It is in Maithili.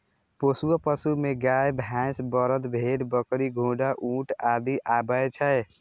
पोसुआ पशु मे गाय, भैंस, बरद, भेड़, बकरी, घोड़ा, ऊंट आदि आबै छै